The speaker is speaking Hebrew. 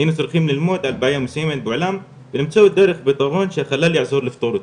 היינו צריכים על בעיה מסוימת בעולם ולמצוא דרך שהחלל יעזור לפתור אותה,